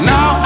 Now